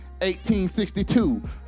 1862